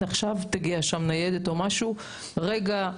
אם כן תגיע לשם ניידת עכשיו״ והתשובה הייתה: ״רגע,